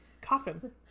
coffin